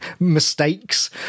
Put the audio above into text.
mistakes